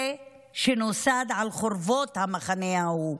זה שנוסד על חורבות המחנה ההוא,